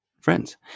friends